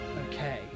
Okay